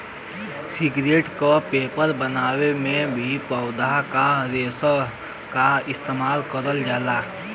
cigarette क paper बनावे में भी पौधा के रेशा क इस्तेमाल करल जाला